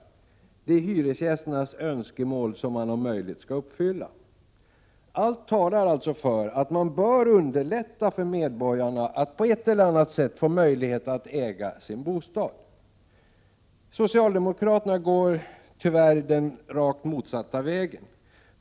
Det är hyresgästernas iz SR Räntebidraget till all | önskemål som man om möjligt skall uppfylla. - å Å - ä / BEN männyttiga bostadsfö Allt talar alltså för att samhället bör underlätta för medborgarna att på ett feg, PA eller annat sätt få möjlighet att äga sin bostad. Socialdemokraterna går tyvärr den rakt motsatta vägen.